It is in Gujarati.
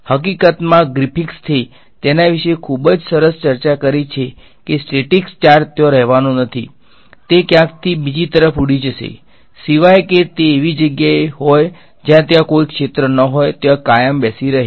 હકીકતમાં ગ્રિફિથ્સે તેના વિશે ખૂબ જ સરસ ચર્ચા કરી છે કે સ્ટેટીક ચાર્જ ત્યાં રહેવાનો નથી તે ક્યાંકથી બીજી તરફ ઉડી જશે સિવાય કે તે એવી જગ્યાએ હોય જ્યાં ત્યાં કોઈ ક્ષેત્રો ન હોય ત્યાં કાયમ બેસી રહે